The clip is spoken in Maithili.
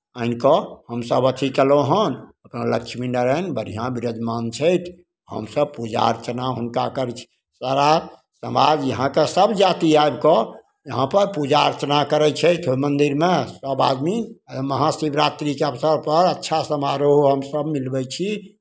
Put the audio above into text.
आनि कऽ हमसभ अथी कयलहुँ हन लक्ष्मी नारायण बढ़िआँ विराजमान छथि हमसभ पूजा अर्चना हुनका करै छी सारा समाज यहाँके सभ जाति आबि कऽ यहाँपर पूजा अर्चना करै छथि मन्दिरमे सभ आदमी महा शिवरात्रिके अवसरपर अच्छा समारोह हमसभ मिलबै छी